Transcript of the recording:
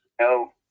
no